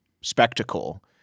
spectacle